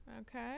Okay